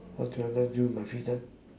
how can I love you in my free time